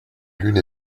lune